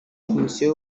komisiyo